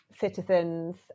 citizens